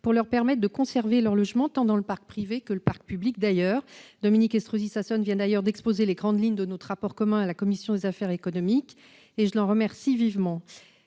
pour leur permettre de conserver leur logement, tant dans le parc privé que dans le parc public, d'ailleurs. Dominique Estrosi Sassone vient d'exposer les grandes lignes de notre rapport commun à la commission des affaires économiques, et je l'en remercie vivement.